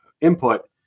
input